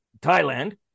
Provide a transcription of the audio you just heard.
Thailand